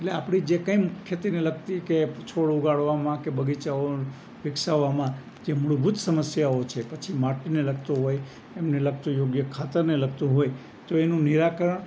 એટલે આપણી જે પણ કંઈ ખેતીને લગતી કે છોડ ઉગાડવામાં કે બગીચાઓ વિકસાવામાં કે મૂળભૂત સમસ્યાઓ છે પછી માટી ને લગતું હોય એમને લગતું હોય કે કે ખાતરને લગતું હોય તો એનું નિરાકરણ